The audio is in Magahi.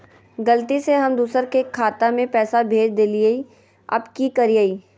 गलती से हम दुसर के खाता में पैसा भेज देलियेई, अब की करियई?